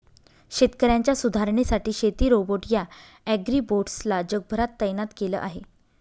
शेतकऱ्यांच्या सुधारणेसाठी शेती रोबोट या ॲग्रीबोट्स ला जगभरात तैनात केल आहे